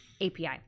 API